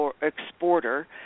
exporter